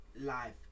life